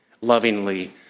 lovingly